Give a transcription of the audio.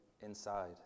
inside